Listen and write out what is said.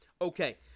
Okay